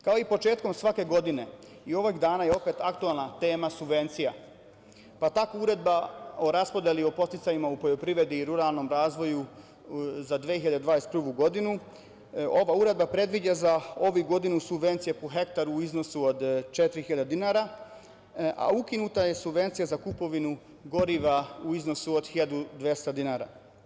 Kao i početkom svake godine, i ovih dana je opet aktuelna tema subvencija, pa tako Uredba o raspodeli o podsticajima u poljoprivredi i ruralnom razvoju za 2021. godinu predviđa za ovu godinu subvencije po hektaru u iznosu od 4.000 dinara, a ukinuta je subvencija za kupovinu goriva u iznosu od 1.200 dinara.